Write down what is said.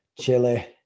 chili